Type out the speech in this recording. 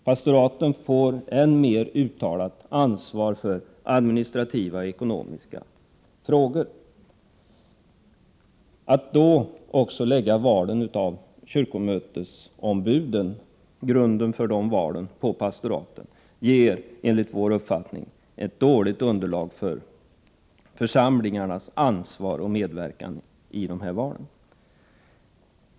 Pastoraten får än mer uttalat ansvar för administrativa och ekonomiska frågor. Att då också lägga grunden för valen av kyrkomötesombud på pastoraten innebär enligt vår uppfattning ett dåligt underlag för församlingarnas ansvar och medverkan i valen.